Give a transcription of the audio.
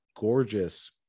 gorgeous